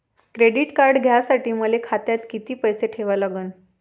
Credit card घ्यासाठी मले खात्यात किती पैसे ठेवा लागन?